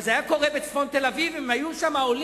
הרי אם זה היה קורה בצפון תל-אביב, אם היו עולים